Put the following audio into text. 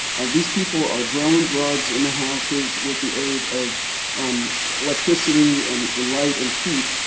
these people are growing drugs in the houses with the aid of um electricity and and light and heat.